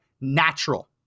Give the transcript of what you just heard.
natural